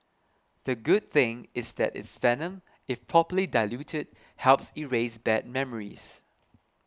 the good thing is that it's venom if properly diluted helps erase bad memories